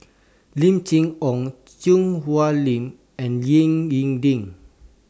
Lim Chee Onn Choo Hwee Lim and Ying in Ding